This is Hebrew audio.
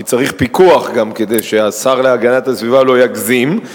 כי צריך פיקוח גם כדי שהשר להגנת הסביבה לא יגזים,